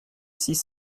six